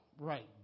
right